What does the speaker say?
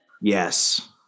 Yes